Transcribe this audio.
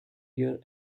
ear